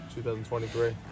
2023